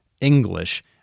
English